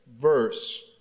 verse